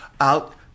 out